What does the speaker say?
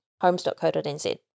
Homes.co.nz